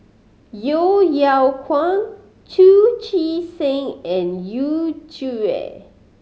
Yeo Yeow Kwang Chu Chee Seng and Yu Zhuye